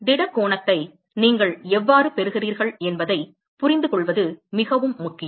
திட கோணத்தை நீங்கள் எவ்வாறு பெறுகிறீர்கள் என்பதைப் புரிந்துகொள்வது மிகவும் முக்கியம்